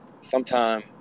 sometime